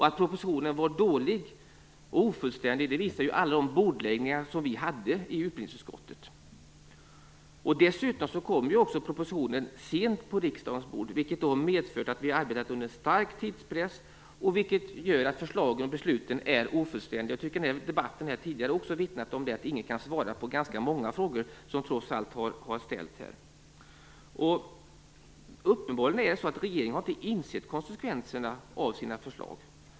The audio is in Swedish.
Att propositionen var dålig och ofullständigt visar ju alla de bordläggningar vi hade i utbildningsutskottet. Dessutom kom propositionen sent på riksdagens bord. Det har medfört att vi har arbetat under stark tidspress och att förslagen och besluten är ofullständiga. Debatten tidigare har också vittnat om det. Det finns ganska många frågor som ingen kan svara på. Regeringen har uppenbarligen inte insett konsekvenserna av sina förslag.